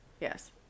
Yes